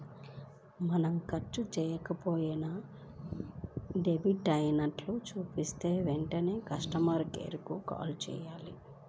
మనం ఖర్చు చెయ్యకపోయినా డెబిట్ అయినట్లు చూపిస్తే వెంటనే కస్టమర్ కేర్ కు కాల్ చేయాలి